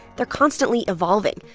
they're constantly evolving,